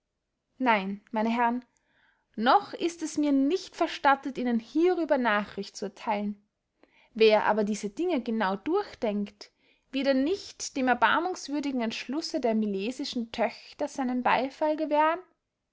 nein meine herren noch ist es mir nicht verstattet ihnen hierüber nachricht zu ertheilen wer aber diese dinge genau durchdenkt wird er nicht dem erbarmungswürdigen entschlusse der milesischen töchter seinen beyfall gewähren